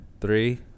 Three